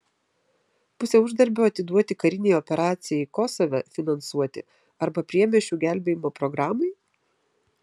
pusę uždarbio atiduoti karinei operacijai kosove finansuoti arba priemiesčių gelbėjimo programai